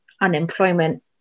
unemployment